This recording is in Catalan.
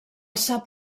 sap